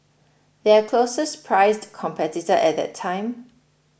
their closest priced competitor at that time